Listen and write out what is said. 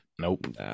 nope